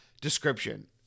description